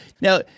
Now